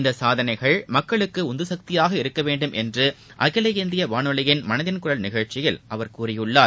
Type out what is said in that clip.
இந்த சாதனைகள் மக்களுக்கு உந்துசக்தியாக இருக்க வேண்டும் என்று அகில இந்திய வானொலியின் மனதின் குரல் நிகழ்ச்சியில் கூறியுள்ளார்